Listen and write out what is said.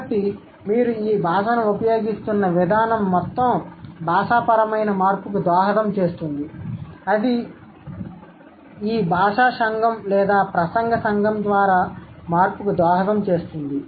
కాబట్టి మీరు ఈ భాషను ఉపయోగిస్తున్న విధానం మొత్తం భాషాపరమైన మార్పుకు దోహదం చేస్తుంది అది ఈ భాషా సంఘం లేదా ప్రసంగ సంఘం ద్వారా మార్పుకు దోహదం చేస్తుంది